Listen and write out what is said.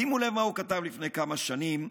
שימו לב מה הוא כתב לפני כמה שנים,